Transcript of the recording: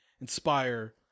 inspire